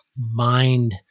mind